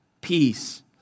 peace